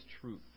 truth